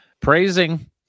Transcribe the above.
praising